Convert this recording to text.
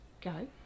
go